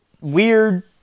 weird